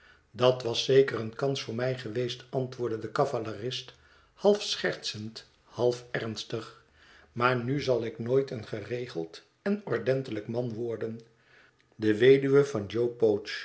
dat was zeker eene kans voor mij geweest antwoordt de ca valerist half schertsend half ernstig maar nu zal ik nooit een geregeld en ordentelijk man worden de weduwe van